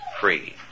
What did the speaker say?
free